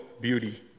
beauty